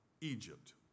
Egypt